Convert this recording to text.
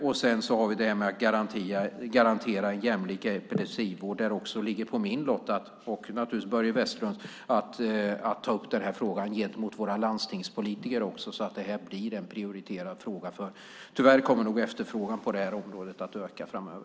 Slutligen när det gäller att garantera jämlik epilepsivård ligger det på min lott och naturligtvis på Börje Vestlunds att ta upp frågan gentemot våra landstingspolitiker så att det blir en prioriterad fråga. Tyvärr kommer nog efterfrågan på det här området att öka framöver.